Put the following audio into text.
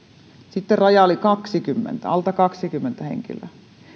sitten raja oli alta kaksikymmentä henkilöä